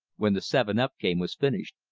when the seven-up game was finished.